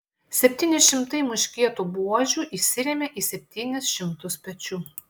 septyni šimtai muškietų buožių įsirėmė į septynis šimtus pečių